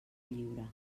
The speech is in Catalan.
lliure